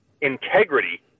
integrity